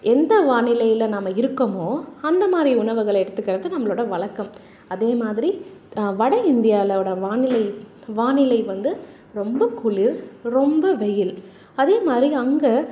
எந்த வானிலையில் நம்ம இருக்கமோ அந்தமாதிரி உணவுகளை எடுத்துக்கிறது நம்பளோடய வழக்கம் அதேமாதிரி வடஇந்தியாவோட வானிலை வானிலை வந்து ரொம்ப குளிர் ரொம்ப வெயில் அதேமாதிரி அங்கே